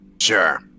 Sure